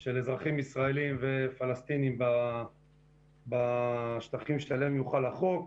של אזרחים ישראלים ופלסטינים בשטחים שעליהם יוחל החוק,